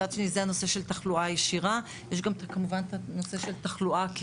מצד שני, זה הנושא של תחלואה ישירה.